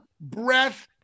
breath